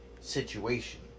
situation